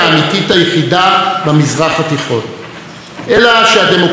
אלא שהדמוקרטיה איננה רק מימוש זכות ההצבעה,